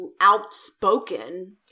outspoken